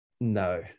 no